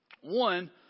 One